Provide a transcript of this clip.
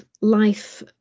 life